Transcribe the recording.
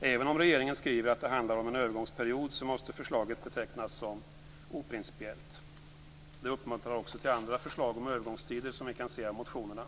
Även om regeringen skriver att det handlar om en övergångsperiod måste förslaget betecknas som oprincipiellt. Det uppmuntrar också till andra förslag om övergångstider, som vi kan se av motionerna.